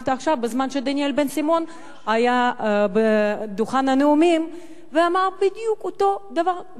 עכשיו בזמן שדניאל בן-סימון היה על דוכן הנואמים ואמר בדיוק אותו דבר,